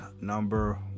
number